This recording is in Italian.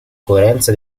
coerenza